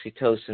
oxytocin